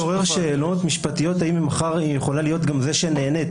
זה יכול לעורר שאלות משפטיות האם מחר היא יכולה להיות גם זאת שנהנית.